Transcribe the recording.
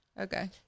okay